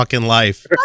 life